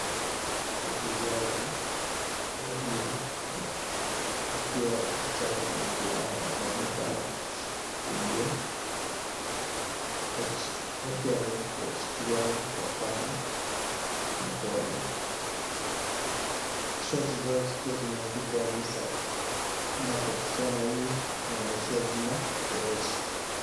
Wakimbiaji wawili wakiwa msichana na mvulana wanaonekana kukimbia wakiwa wameshikiliana kwa kamba mkono shati zao zikiwa zimeandikwa Nissan na kwa msichana huyu inaonyesha jina Koech.